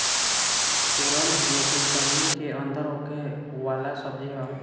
सुरन एगो जमीन के अंदर होखे वाला सब्जी हअ